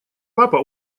папа